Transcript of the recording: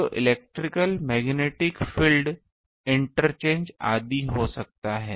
तो electrical magnetic field interchange आदि हो सकता है